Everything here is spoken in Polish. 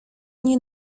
nie